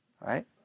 right